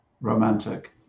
romantic